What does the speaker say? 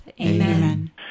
Amen